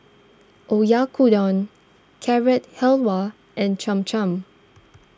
Oyakodon Carrot Halwa and Cham Cham